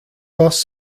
bus